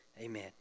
amen